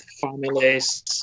families